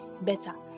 better